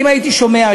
אם הייתי שומע,